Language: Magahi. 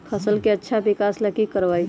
फसल के अच्छा विकास ला की करवाई?